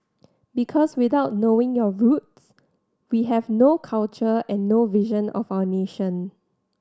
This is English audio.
because without knowing our roots we have no culture and no vision of our nation